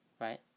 right